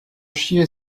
chier